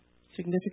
significant